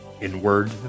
inward